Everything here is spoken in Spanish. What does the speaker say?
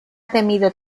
temido